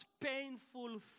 painful